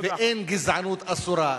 ואין גזענות אסורה.